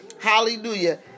Hallelujah